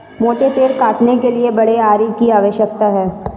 मोटे पेड़ काटने के लिए बड़े आरी की आवश्यकता है